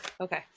Okay